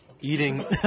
Eating